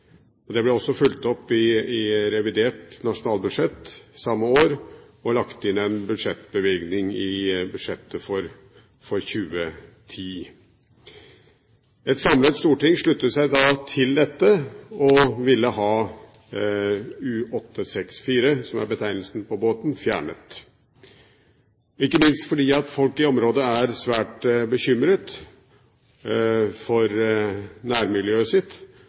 heves. Det ble også fulgt opp i revidert nasjonalbudsjett samme år, og det ble lagt inn en bevilgning i budsjettet for 2010. Et samlet storting sluttet seg til dette og ville ha U-864, som er betegnelsen på båten, fjernet – ikke minst fordi folk i området er svært bekymret for nærmiljøet sitt,